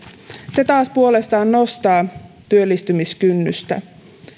se taas puolestaan nostaa työllistymiskynnystä